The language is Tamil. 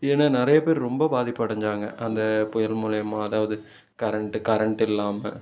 ஏன்னால் நிறைய பேர் ரொம்ப பாதிப்படைஞ்சாங்கள் அந்த புயல் மூலியமாக அதாவது கரண்ட்டு கரண்ட்டு இல்லாமல்